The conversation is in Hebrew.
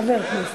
כחבר כנסת.